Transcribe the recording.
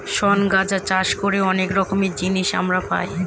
শন গাঁজা চাষ করে অনেক রকমের জিনিস আমরা পাই